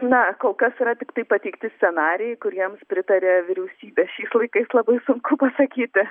na kol kas yra tiktai pateikti scenarijai kuriems pritarė vyriausybė šiais laikais labai sunku pasakyti